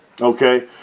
okay